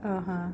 (uh huh)